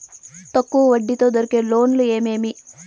తక్కువ వడ్డీ తో దొరికే లోన్లు ఏమేమి